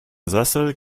sessel